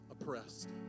oppressed